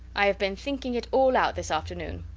i have been thinking it all out this afternoon.